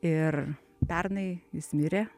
ir pernai jis mirė